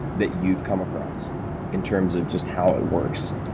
that you've come across in terms of just how it works?